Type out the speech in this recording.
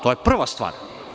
To je prva stvar.